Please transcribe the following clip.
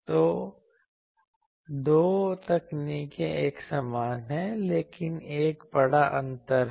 तो दो तकनीकें एक समान हैं लेकिन एक बड़ा अंतर है